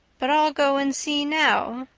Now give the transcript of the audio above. but i'll go and see now.